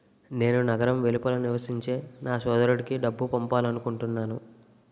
నేను నగరం వెలుపల నివసించే నా సోదరుడికి డబ్బు పంపాలనుకుంటున్నాను